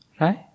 Right